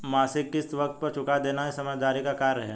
मासिक किश्त वक़्त पर चूका देना ही समझदारी का कार्य है